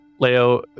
Leo